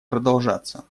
продолжаться